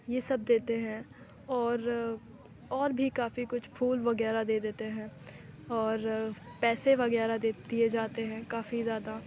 یہ سب دیتے ہیں اور اور بھی کافی کچھ پھول وغیرہ دے دیتے ہیں اور پیسے وغیرہ دے دیے جاتے ہیں کافی زیادہ